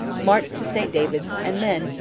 marched to st david's, and then,